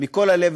כל נישואים,